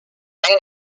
main